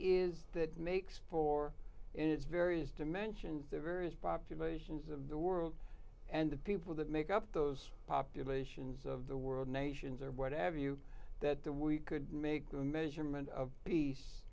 is that makes for various dimensions the various populations of the world and the people that make up those populations of the world nations or whatever you that that we could make the measurement of peace